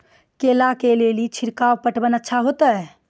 केला के ले ली छिड़काव पटवन अच्छा होते?